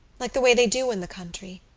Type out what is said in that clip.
like the way they do in the country.